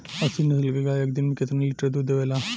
अच्छी नस्ल क गाय एक दिन में केतना लीटर दूध देवे ला?